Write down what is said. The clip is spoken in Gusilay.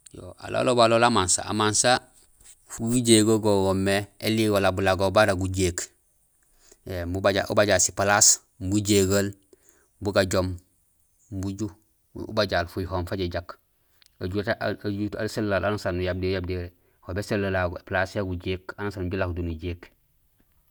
Yo alaal ulobalool amansa. Amansa gujégol go goomé éligolaal bulago bara gujéék éém imbi ubajaal si palaas imbi ujégeel bu gajoom umbu uju ubajaal fuyuhohum fa jajaak. Ajut asénolaan anusaaan uyaab déré yak déré, ho bésénolaal épalaas ya gujéék anusaan nujoow ulako do nujéék.